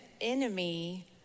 enemy